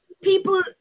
people